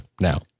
Now